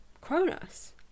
Cronus